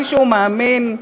מישהו מאמין?